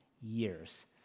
years